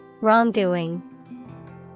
Wrongdoing